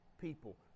people